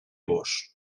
vós